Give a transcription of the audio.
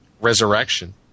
resurrection